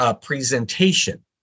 presentation